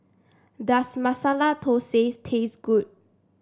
does Masala Thosais taste good